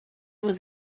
was